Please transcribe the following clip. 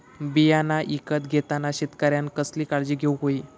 बियाणा ईकत घेताना शेतकऱ्यानं कसली काळजी घेऊक होई?